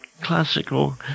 classical